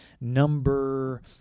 number